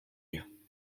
you